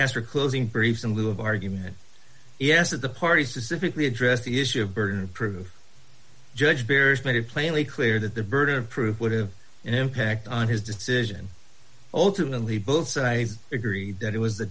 asked for closing briefs in lieu of argument yes that the parties specifically addressed the issue of burden of proof judge bears made it plainly clear that the burden of proof would have an impact on his decision ultimately both sides agreed that it was the